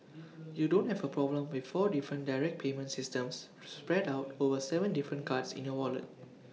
you don't have A problem with four different direct payment systems spread out over Seven different cards in your wallet